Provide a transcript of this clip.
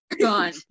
Gone